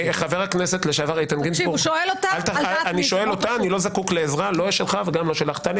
אני שואל אותה, לא זקוק לעזרה שלכם.